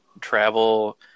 travel